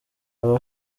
aba